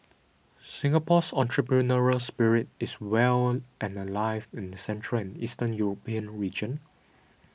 Singapore's entrepreneurial spirit is well and alive in the central and Eastern European region